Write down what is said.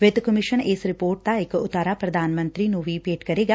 ਵਿੱਤ ਕਮਿਸ਼ਨ ਇਸ ਰਿਪੋਰਟ ਦਾ ਇਕ ਉਤਾਰਾ ਪ੍ਰਧਾਨ ਮੰਤਰੀ ਨੂੰ ਵੀ ਭੇ'ਟ ਕਰੇਗਾ